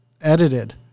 edited